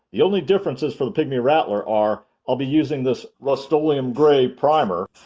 the only differences for the pygmy rattler are i'll be using this rust-oleum gray primer